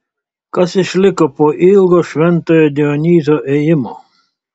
kas išliko po ilgo šventojo dionizo ėjimo